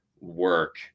work